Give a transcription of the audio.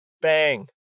Bang